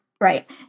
Right